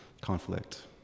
conflict